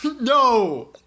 No